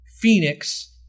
Phoenix